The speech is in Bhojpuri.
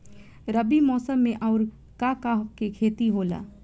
रबी मौसम में आऊर का का के खेती होला?